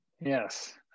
Yes